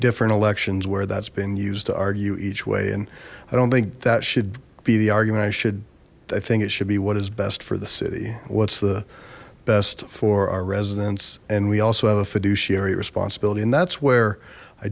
different elections where that's been used to argue each way and i don't think that should be the argument i should i think it should be what is best for the city what's the best for our residents and we also have a fiduciary responsibility and that's where i